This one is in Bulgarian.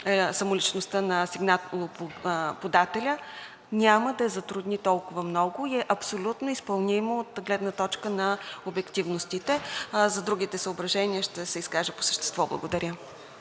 самоличността на сигналоподателя няма да я затрудни толкова много и е абсолютно изпълнимо от гледна точка на обективностите. За другите съображения ще се изкажа по същество. Благодаря.